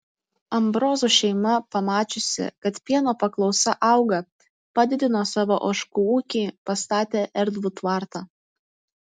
ambrozų šeima pamačiusi kad pieno paklausa auga padidino savo ožkų ūkį pastatė erdvų tvartą